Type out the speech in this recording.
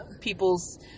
People's